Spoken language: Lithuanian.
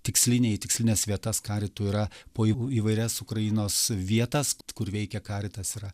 tikslinei tikslines vietas karitui yra po įvairias ukrainos vietas kur veikia karitas yra